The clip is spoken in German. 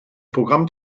programm